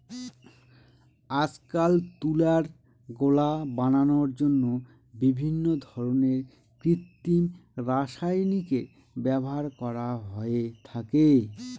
আজকাল তুলার গোলা বানানোর জন্য বিভিন্ন ধরনের কৃত্রিম রাসায়নিকের ব্যবহার করা হয়ে থাকে